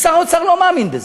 ושר האוצר לא מאמין בזה,